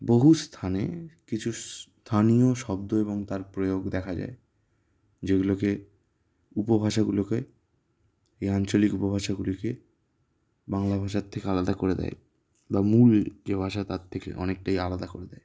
বহু স্থানে কিছু স্থানীয় শব্দ এবং তার প্রয়োগ দেখা যায় যেগুলোকে উপভাষাগুলোকে এই আঞ্চলিক উপভাষাগুলিকে বাংলা ভাষার থেকে আলাদা করে দেয় বা মূল যে ভাষা তার থেকে অনেকটাই আলাদা করে দেয়